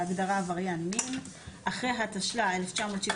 בהגדרה "עבריין מין" (1)אחרי "התשל"א 1971"